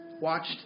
Watched